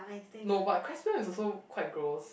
no but Cresvion is also quite gross